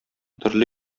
төрле